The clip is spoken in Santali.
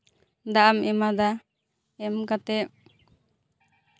ᱫᱟᱜ ᱮᱢ ᱮᱢᱟᱫᱟ ᱮᱢ ᱠᱟᱛᱮᱫ